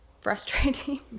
frustrating